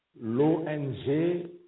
l'ONG